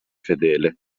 fedele